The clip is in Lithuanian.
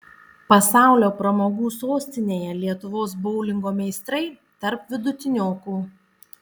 pasaulio pramogų sostinėje lietuvos boulingo meistrai tarp vidutiniokų